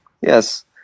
Yes